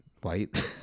white